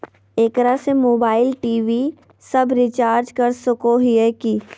एकरा से mobile TV सब रिचार्ज कर सको हियै की?